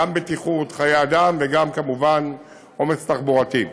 וגם בבטיחות ובחיי אדם, וכמובן, בעומס תחבורתי.